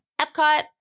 Epcot